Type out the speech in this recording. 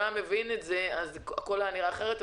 היה מבין את זה אז הכול היה נראה אחרת,